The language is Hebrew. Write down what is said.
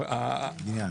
הבנייה,